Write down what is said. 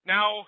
Now